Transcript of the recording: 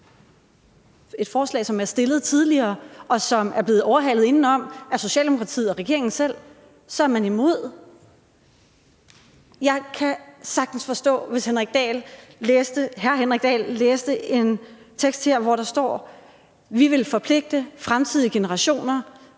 et forslag, som er fremsat tidligere, og som er blevet overhalet indenom af Socialdemokratiet og regeringen selv – så er man imod. Jeg kunne sagtens forstå det, hvis hr. Henrik Dahl læste en tekst her, hvor der stod: Vi vil forpligte fremtidige generationer